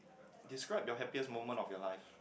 describe your happiest moment of your life